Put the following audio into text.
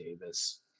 Davis